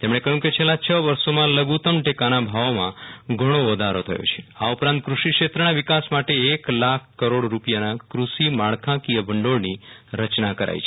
તેમણે કહયું કે છેલ્લા છ વર્ષોમાં લધુતમ ટેકાના ભાવોમાં ઘણો વધારો થયો છે આ ઉપરાંત કૃષિ ક્ષેત્રના વિકાસ માટે એક લાખ કરોડ રૂપિયાના કૃષિ માળખાકીય ભંડોળની ર ચના કરાઇ છે